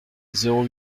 zéro